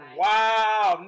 wow